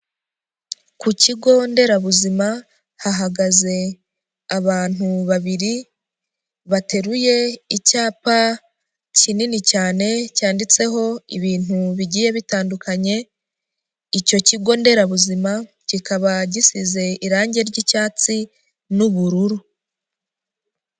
Ku kigo nderabuzima hahagaze abantu babiri bateruye icyapa kinini cyane cyanditseho ibintu bigiye bitandukanye, icyo kigo nderabuzima kikaba gisize irange ry'icyatsi n'ubururu.